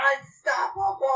Unstoppable